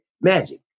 Magic